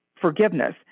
forgiveness